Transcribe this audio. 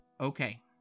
Okay